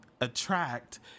attract